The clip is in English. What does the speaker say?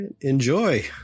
enjoy